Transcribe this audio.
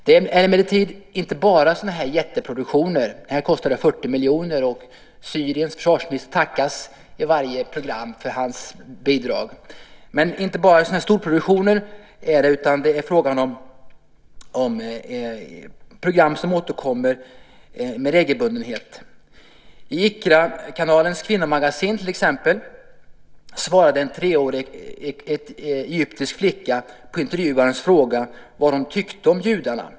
Det är emellertid inte bara fråga om sådana här jätteproduktioner - denna kostade 40 miljoner, och Syriens försvarsminister tackas i varje program för sitt bidrag - utan också om program som återkommer med regelbundenhet. I Iqraakanalens kvinnomagasin, till exempel, frågade en intervjuare en treårig egyptisk flicka vad hon tyckte om judarna.